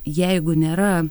jeigu nėra